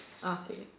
okay